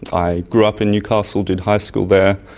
i grew up in newcastle, did high school there,